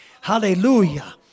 hallelujah